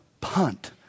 punt